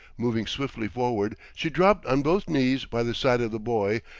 moving swiftly forward, she dropped on both knees by the side of the boy,